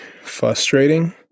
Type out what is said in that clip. frustrating